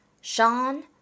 Sean